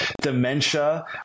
dementia